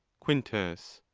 quintus.